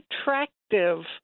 attractive